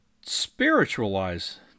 spiritualize